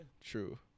true